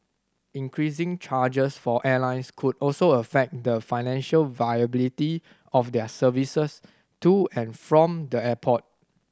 increasing charges for airlines could also affect the financial viability of their services to and from the airport